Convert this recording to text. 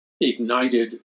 ignited